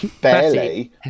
barely